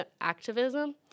activism